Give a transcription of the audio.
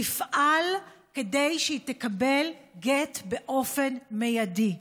תפעל כדי שהיא תקבל גט באופן מיידי.